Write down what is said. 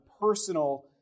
personal